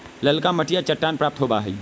ललका मटिया चट्टान प्राप्त होबा हई